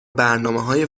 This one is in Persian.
برنامههای